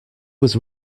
was